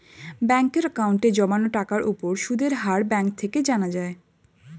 ব্যাঙ্কের অ্যাকাউন্টে জমানো টাকার উপর সুদের হার ব্যাঙ্ক থেকে জানা যায়